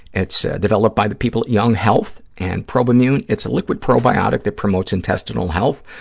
it's developed by the people at young health, and probimune, it's a liquid probiotic that promotes intestinal health,